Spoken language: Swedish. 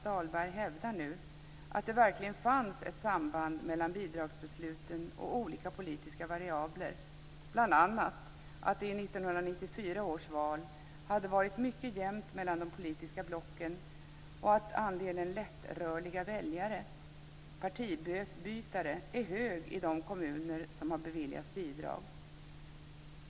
- Dahlberg hävdar nu att det verkligen fanns ett samband mellan bidragsbesluten och olika politiska variabler, bland annat att det i 1994 års val hade varit mycket jämnt mellan de politiska blocken och att andelen lättrörliga väljare - partibytare - är hög i de kommuner som beviljats bidrag."